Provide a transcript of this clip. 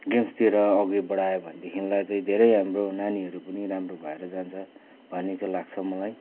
गेम्सतिर अघि बढायो भनेदेखिनलाई चाहिँ धेरै हाम्रो नानीहरू पनि राम्रो भएर जान्छ भन्ने चाहिँ लाग्छ मलाई